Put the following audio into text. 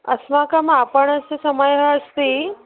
अस्माकम् आपणस्य समयः अस्ति